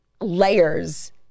layers